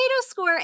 score